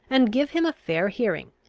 and give him a fair hearing.